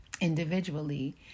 individually